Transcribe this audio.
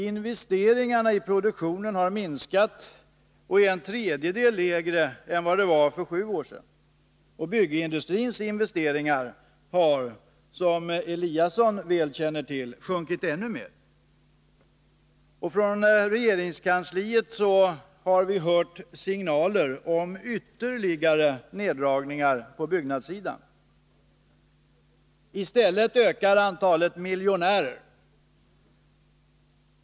Investeringarna i produktionen har minskat och är en tredjedel lägre än för sju år sedan. Byggindustrins investeringar har, som Ingemar Eliasson väl känner till, sjunkit än mer. Och från regeringskansliet har vi hört signaler om ytterligare neddragningar på byggnadssidan. I stället ökar antalet miljonärer.